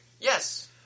Yes